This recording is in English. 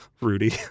rudy